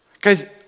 guys